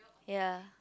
ya